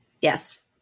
Yes